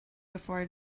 before